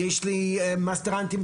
יש מסטרנטים,